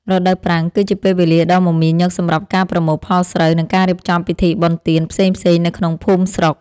រដូវប្រាំង គឺជាពេលវេលាដ៏មមាញឹកសម្រាប់ការប្រមូលផលស្រូវ និងការរៀបចំពិធីបុណ្យទានផ្សេងៗនៅក្នុងភូមិស្រុក។